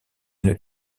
une